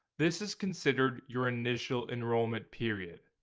this is considered your initial enrollment period.